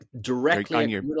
directly